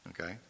Okay